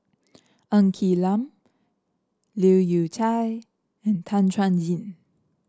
Ng Quee Lam Leu Yew Chye and Tan Chuan Jin